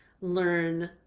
learn